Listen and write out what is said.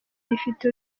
rifite